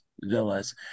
villas